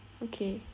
okay